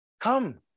Come